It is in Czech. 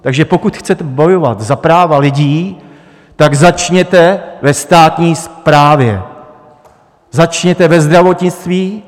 Takže pokud chcete bojovat za práva lidí, začněte ve státní správě, začněte ve zdravotnictví.